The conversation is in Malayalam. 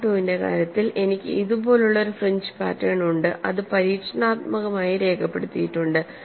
മോഡ് II ന്റെ കാര്യത്തിൽ എനിക്ക് ഇതുപോലുള്ള ഒരു ഫ്രിഞ്ച് പാറ്റേൺ ഉണ്ട് അത് പരീക്ഷണാത്മകമായി രേഖപ്പെടുത്തിയിട്ടുണ്ട്